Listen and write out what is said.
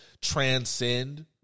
transcend